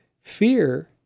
fear